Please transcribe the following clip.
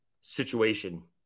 situation